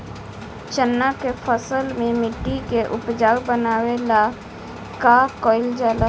चन्ना के फसल में मिट्टी के उपजाऊ बनावे ला का कइल जाला?